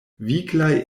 viglaj